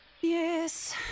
Yes